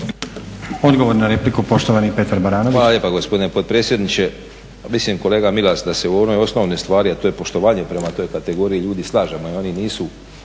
Odgovor na repliku, poštovani Petar Baranović.